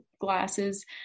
glasses